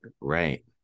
Right